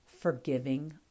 forgiving